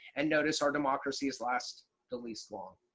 and notice our democracies last the least long.